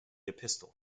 epistle